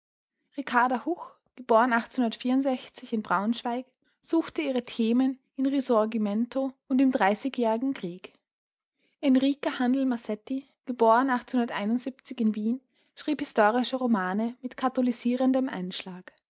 hoch in braunschweig suchte ihre themen im risorgimento und im dreißigjährigen krieg enrica von handel mazetti geboren in wien schrieb historische romane mit katholisierendem einschlag